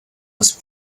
was